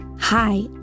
Hi